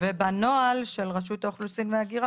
בנוהל של רשות האוכלוסין וההגירה,